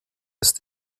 ist